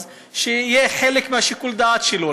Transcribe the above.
אז שיהיו חלק משיקול הדעת שלו.